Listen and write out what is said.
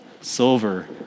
silver